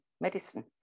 Medicine